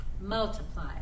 multiply